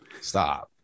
Stop